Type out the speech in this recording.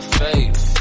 faith